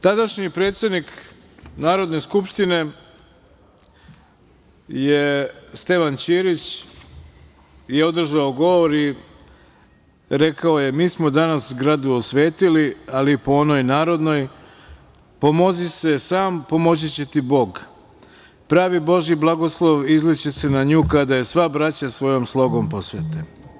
Tadašnji predsednik Narodne skupštine Stevan Ćirić je održao govor i rekao je – mi smo danas zgradu osvetili, ali po onoj narodnoj pomozi se sam, pomoći će ti Bog, pravi božji blagoslov izliće se na nju kada je sva braća svojom slogom posvete.